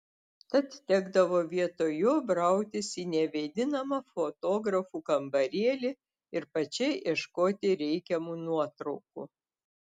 tad tekdavo vietoj jo brautis į nevėdinamą fotografų kambarėlį ir pačiai ieškoti reikiamų nuotraukų